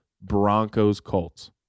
Broncos-Colts